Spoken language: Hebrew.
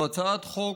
זו הצעת חוק,